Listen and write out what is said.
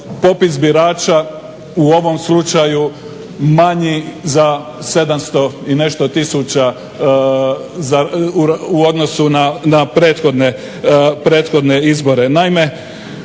popis birača u ovom slučaju manji za 700 i nešto tisuća u odnosu na prethodne izbore.